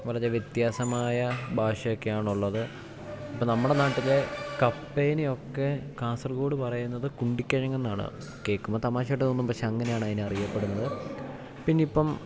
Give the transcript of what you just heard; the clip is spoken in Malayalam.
വളരെ വ്യത്യാസമായ ഭാഷ ഒക്കെ ആണുള്ളത് ഇപ്പം നമ്മുടെ നാട്ടിലെ കപ്പേനെയൊക്കെ കാസർഗോഡ് പറയുന്നത് കുണ്ടി കിഴങ്ങെന്നാണ് കേൾക്കുമ്പം തമാശ ആയിട്ട് തോന്നും പക്ഷെ അങ്ങനെയാണ് അതിനെ അറിയപ്പെടുന്നത് പിന്നെയിപ്പം